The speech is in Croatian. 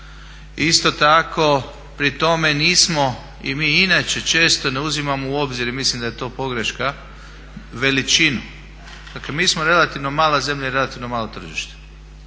Isto tako, pri tome nismo i mi inače često ne uzimamo u obzir i mislim da je to pogreška veličinu. Dakle, mi smo relativno mala zemlja i relativno malo tržište.